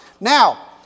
Now